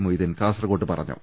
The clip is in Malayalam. മൊയ്തീൻ കാസർകോട്ട് പറഞ്ഞു